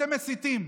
אתם מסיתים.